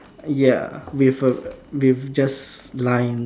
ya with uh with just lines